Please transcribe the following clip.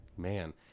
man